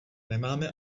nemáme